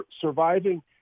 surviving